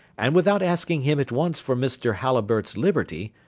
and, without asking him at once for mr. halliburtt's liberty,